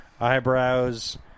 eyebrows